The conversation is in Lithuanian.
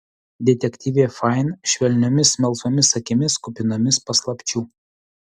detektyvė fain švelniomis melsvomis akimis kupinomis paslapčių